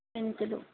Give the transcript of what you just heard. మెంతులు